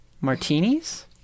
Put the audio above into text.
Martinis